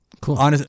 Cool